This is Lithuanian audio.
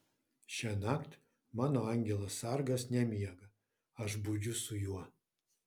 šiąnakt mano angelas sargas nemiega aš budžiu su juo